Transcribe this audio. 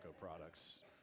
products